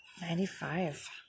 Ninety-five